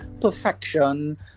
perfection